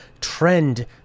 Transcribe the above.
trend